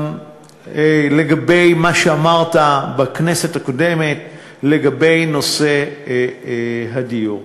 לגבי מה שאמרת בכנסת הקודמת לגבי נושא הדיור.